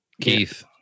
Keith